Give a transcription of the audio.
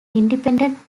independent